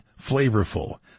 flavorful